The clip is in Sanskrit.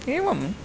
एवम्